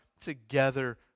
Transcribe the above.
together